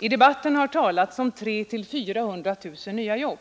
I debatten har talats om 300 000—400 000 nya jobb.